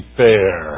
fair